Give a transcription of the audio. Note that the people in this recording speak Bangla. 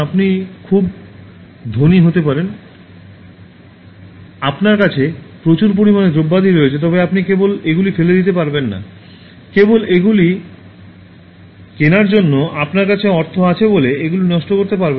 আপনি খুব ধনী হতে পারেন আপনার কাছে প্রচুর পরিমাণে দ্রব্যাদি রয়েছে তবে আপনি কেবল এগুলি ফেলে দিতে পারবেন না কেবল এগুলি কেনার জন্য আপনার কাছে অর্থ আছে বলে এগুলি নষ্ট করতে পারবেন না